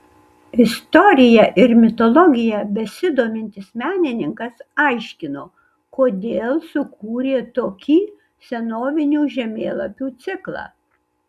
istorija ir mitologija besidomintis menininkas aiškino kodėl sukūrė tokį senovinių žemėlapių ciklą